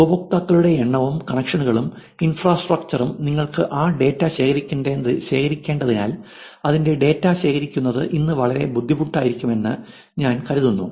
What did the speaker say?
ഉപയോക്താക്കളുടെ എണ്ണവും കണക്ഷനുകളും ഇൻഫ്രാസ്ട്രക്ചറും നിങ്ങൾക്ക് ഈ ഡാറ്റ ശേഖരിക്കേണ്ടതിനാൽ അതിന്റെ ഡാറ്റ ശേഖരിക്കുന്നത് ഇന്ന് വളരെ ബുദ്ധിമുട്ടായിരിക്കുമെന്ന് ഞാൻ കരുതുന്നു